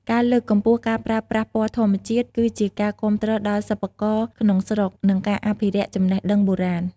ការលើកកម្ពស់ការប្រើប្រាស់ពណ៌ធម្មជាតិ គឺជាការគាំទ្រដល់សិប្បករក្នុងស្រុក និងការអភិរក្សចំណេះដឹងបុរាណ។